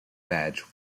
badge